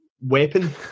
weapon